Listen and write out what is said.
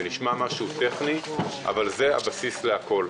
זה נשמע טכני, אבל זה הבסיס לכול.